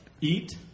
Eat